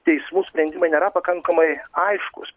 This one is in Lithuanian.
teismų sprendimai nėra pakankamai aiškūs